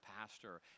pastor